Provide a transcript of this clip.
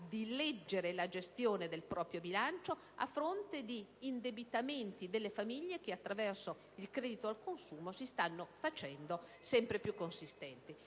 di leggere la gestione del proprio bilancio a fronte di indebitamenti delle famiglie che, attraverso il credito al consumo, si stanno facendo sempre più consistenti.